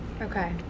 Okay